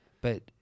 But-